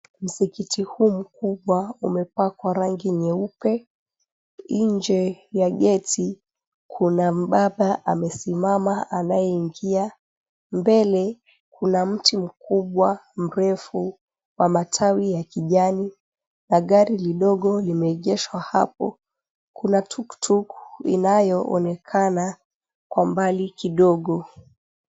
Msikiti huu mkubwa umepakwa rangi nyeupe inje ya geti kuna mbaba amesimama anayeingia, mbele kuna mti mkubwa mrefu wa matawi ya kijani na gari lidogo limeegeshwa hapo kuna tukutuku inayoonekana kwa mbali kidogo.